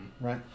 right